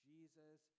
Jesus